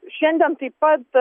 šiandien taip pat